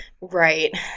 Right